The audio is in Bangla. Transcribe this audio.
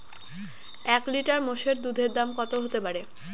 এক লিটার মোষের দুধের দাম কত হতেপারে?